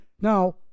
now